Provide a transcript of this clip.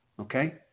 Okay